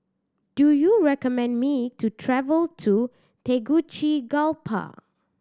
do you recommend me to travel to Tegucigalpa